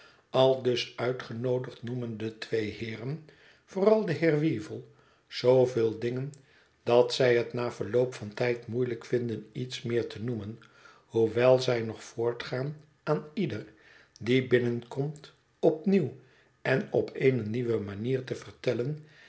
aldus uitgenoodigd noemen de twee heeren vooral de heer weevle zooveel dingen dat zij het na verloop van tijd moeielijk vinden iets meer te noemen hoewel zij nog voortgaan aan ieder die binnenkomt opnieuw en op eene nieuwe manier te vertellen